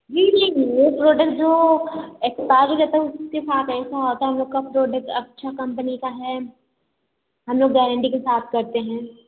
जी जी वो प्रोडक्ट जो एक्सपाइर हो जाता है उसके साथ ऐसा होता है हम लोग का प्रोडक्ट अच्छा कंपनी का है हम लोग गारंटी के साथ करते हैं